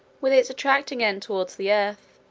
with its attracting end towards the earth,